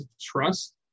trust